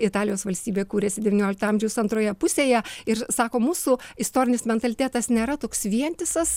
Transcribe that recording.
italijos valstybė kūrėsi devyniolikto amžiaus antroje pusėje ir sako mūsų istorinis mentalitetas nėra toks vientisas